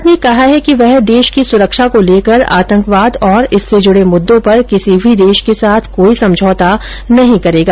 भारत ने कहा है कि वह देश की सुरक्षा को लेकर आतंकवाद और इससे जुड़े मुद्दों पर किसी भी देश के साथ कोई समझौता नहीं करता है